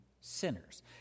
sinners